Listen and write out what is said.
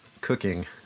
cooking